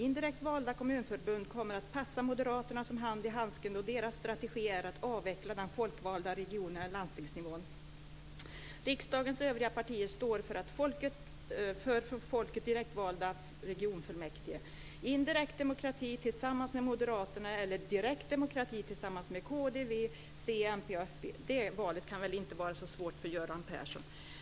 Indirekt valda kommunalförbund kommer att passa moderaterna som handen i handsken då deras strategi är att avveckla den folkvalda region/landstingsnivån. Riksdagens övriga partier står för av folket direktvalda regionfullmäktige. Indirekt demokrati tillsammans med moderaterna eller direktdemokrati tillsammans med kd-v-c-mp-fp? Det valet kan väl inte vara svårt för Göran Persson."